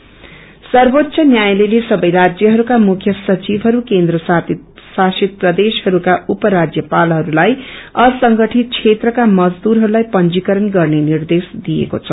प्रससी अडर सर्वोच्च न्यायालयले सबै राज्यहरूका मुख्य सचिवहरू केन्द्र शासित प्रदेशहरूका उप राज्यपालहरूलाई असंगठित क्षेत्रका मजदुरहरूलाई पंजीकरण गत्रे निर्देश दिएको छ